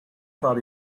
thought